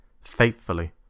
faithfully